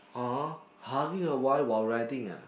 !huh! hugging a wife while riding ah